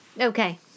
Okay